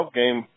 game